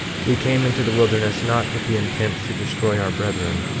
we came into the wilderness not with the intent to destroy our brethren,